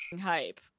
hype